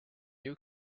you